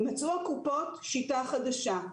מצאו הקופות שיטה חדשה.